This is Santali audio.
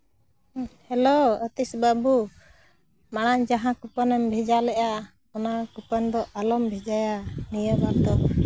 ᱦᱮᱞᱳ ᱟᱹᱛᱤᱥ ᱵᱟᱹᱵᱩ ᱢᱟᱲᱟᱝ ᱡᱟᱦᱟᱸ ᱠᱩᱯᱚᱱᱮᱢ ᱵᱷᱮᱡᱟ ᱞᱮᱫᱼᱟ ᱚᱱᱟ ᱠᱩᱯᱚᱱ ᱫᱚ ᱟᱞᱚᱢ ᱵᱷᱮᱡᱟᱭᱟ ᱱᱤᱭᱟᱹ ᱵᱟᱨᱫᱚ